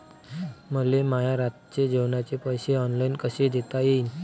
मले माया रातचे जेवाचे पैसे ऑनलाईन कसे देता येईन?